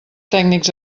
tècnics